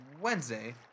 Wednesday